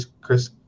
Chris